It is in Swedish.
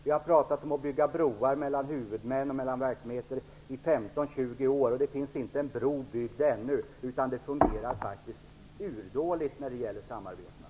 Vi har talat om att bygga broar mellan huvudmän och mellan verksamheter i 15, 20 år, men det finns ännu inte en bro byggd. Det fungerar faktiskt urdåligt när det gäller samarbeten.